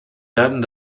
werden